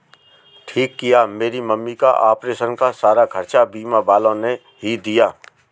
ठीक किया मेरी मम्मी का ऑपरेशन का सारा खर्चा बीमा वालों ने ही दिया